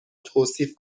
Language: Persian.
توصیف